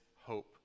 hope